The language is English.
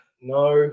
no